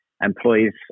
employees